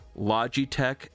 Logitech